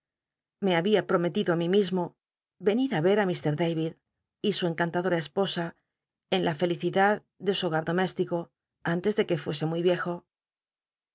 me habia prometido í mí mismo vcni á ver á ml y sil encantadora esposa en la felicidad de su hog u doméstico antes de qu e fuese muy l'icjo